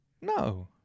No